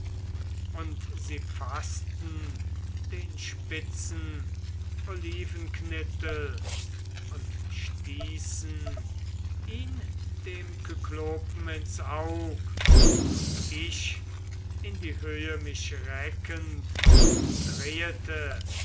und sie faßten den spitzen olivenknittel und stießen ihn dem kyklopen ins aug und ich in die höhe mich reckend